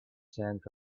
sand